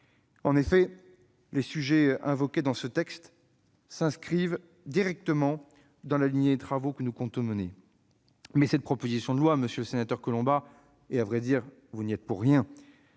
En effet, les sujets évoqués dans ce texte s'inscrivent directement dans la lignée des travaux que nous comptons mener. Mais cette proposition de loi, monsieur le sénateur Collombat, arrive, et vous n'y êtes pour rien,